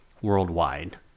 worldwide